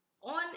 on